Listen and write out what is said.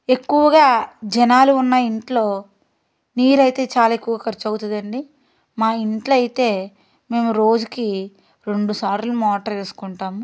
ఎక్కువగా జనాలు ఉన్న ఇంట్లో నీరు అయితే చాలా ఎక్కువ ఖర్చు అవుతుంది అండి మా ఇంట్లో అయితే మేము రోజుకి రెండుసార్లు మోటర్ వేసుకుంటాము